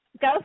go